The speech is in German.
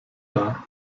dar